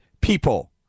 people